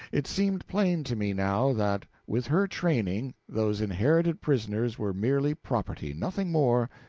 it seemed plain to me now, that with her training, those inherited prisoners were merely property nothing more,